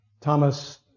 Thomas